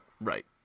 Right